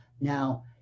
Now